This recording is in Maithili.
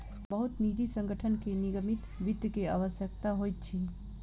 बहुत निजी संगठन के निगमित वित्त के आवश्यकता होइत अछि